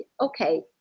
okay